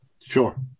Sure